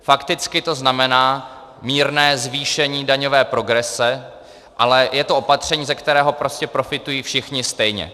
Fakticky to znamená mírné zvýšen daňové progrese, ale je to opatření, ze kterého prostě profitují všichni stejně.